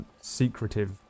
secretive